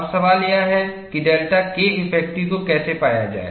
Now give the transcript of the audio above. अब सवाल यह है कि डेल्टा Keffective को कैसे पाया जाए